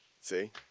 See